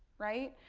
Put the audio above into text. right.